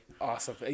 Awesome